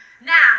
Now